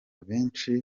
benshi